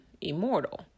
immortal